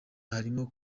harimo